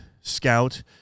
scout